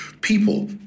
people